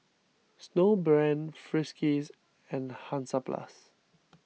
Snowbrand Friskies and Hansaplast